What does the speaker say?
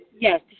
Yes